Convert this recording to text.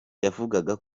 yavugaga